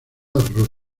roto